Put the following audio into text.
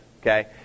okay